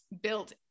built